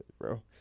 bro